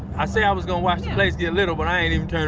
i said i was gonna watch the place get little, but i ain't even turning